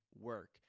work